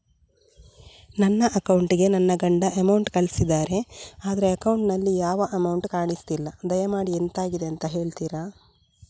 ನನ್ನ ಅಕೌಂಟ್ ಗೆ ನನ್ನ ಗಂಡ ಅಮೌಂಟ್ ಕಳ್ಸಿದ್ದಾರೆ ಆದ್ರೆ ಅಕೌಂಟ್ ನಲ್ಲಿ ಯಾವ ಅಮೌಂಟ್ ಕಾಣಿಸ್ತಿಲ್ಲ ದಯಮಾಡಿ ಎಂತಾಗಿದೆ ಅಂತ ಹೇಳ್ತೀರಾ?